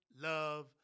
love